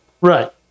Right